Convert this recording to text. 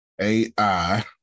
AI